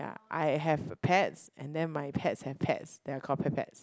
ya I have the pets and then my pets and pets they are called pet pets